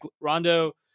Rondo